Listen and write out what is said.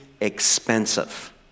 expensive